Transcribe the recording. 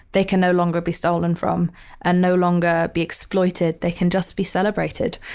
they can no longer be stolen from and no longer be exploited. they can just be celebrated.